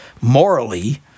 morally